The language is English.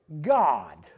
God